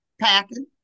packing